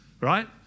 Right